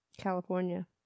California